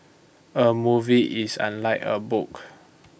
A movie is unlike A book